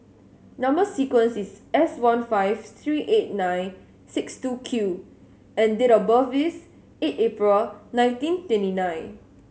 number sequence is S one five three eight nine six two Q and date of birth is eight April nineteen twenty nine